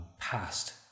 past